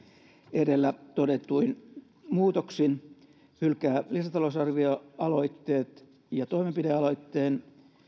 edellä todetuin muutoksin hylkää lisätalousarvioaloitteet ja toimenpidealoitteen